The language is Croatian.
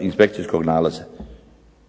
inspekcijskog nalaza.